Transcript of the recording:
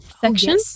section